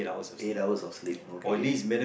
eight hours of sleep okay